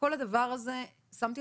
שמתי את כל הדבר הזה בצד,